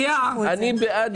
אני לא בעד למשוך.